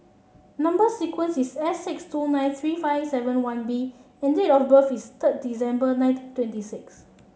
number sequence is S six two nine three five seven one B and date of birth is third December nineteen twenty six